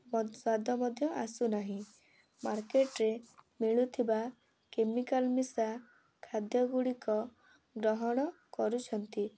ଏବଂ ସ୍ଵାଦ ମଧ୍ୟ ଆସୁନାହିଁ ମାର୍କେଟ୍ରେ ମିଳୁଥିବା କେମିକାଲ୍ ମିଶା ଖାଦ୍ୟଗୁଡ଼ିକ ଗ୍ରହଣ କରୁଛନ୍ତି